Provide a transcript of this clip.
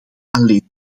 alleen